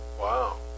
Wow